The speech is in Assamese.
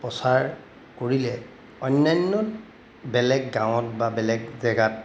প্ৰচাৰ কৰিলে অন্যান্য বেলেগ গাঁৱত বা বেলেগ জেগাত